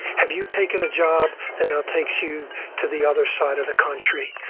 have you taken a job that now takes you to the other side of the country?